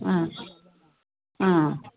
ಹಾಂ ಹಾಂ